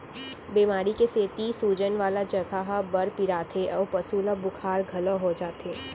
बेमारी के सेती सूजन वाला जघा ह बड़ पिराथे अउ पसु ल बुखार घलौ हो जाथे